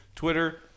twitter